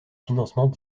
financements